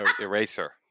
eraser